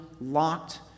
locked